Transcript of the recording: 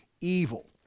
evil